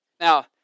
Now